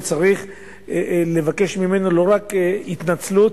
וצריך לבקש ממנו לא רק התנצלות,